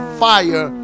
fire